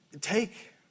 Take